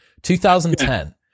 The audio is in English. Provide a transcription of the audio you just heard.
2010